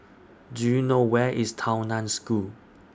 Do YOU know Where IS Tao NAN School